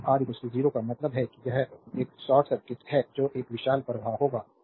तो आर 0 का मतलब है कि यह एक शॉर्ट सर्किट है जो एक विशाल प्रवाह होगा